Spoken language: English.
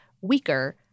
weaker